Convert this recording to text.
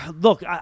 look